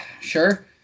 sure